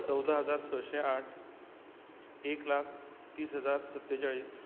चवदा हजार संशी आठ एक लाख तीस हजार सत्तेचाळीस